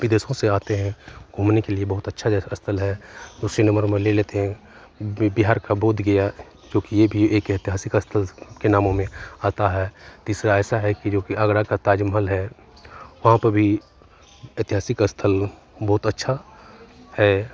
विदेशों से आते हें घूमने के लिए बहुत अच्छा जगह स्थल है दूसरे नंबर पर ले लेते हें बिहार का बोध गया जो कि ये भी एक ऐतिहासिक स्थल के नामों में आता है तीसरा ऐसा है कि जो कि आगरा का ताज महल है वहाँ पर भी ऐतिहासिक स्थल बहुत अच्छा है